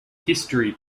history